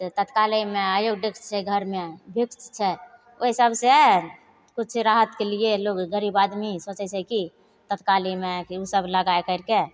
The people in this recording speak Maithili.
तऽ तत्काल एहिमे आयोडेक्स छै घरमे विक्स छै ओहि सबसे किछु राहतके लिए लोक गरीब आदमी सोचै छै कि तत्कालीमे कि ओसब लगै करिके